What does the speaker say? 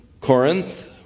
Corinth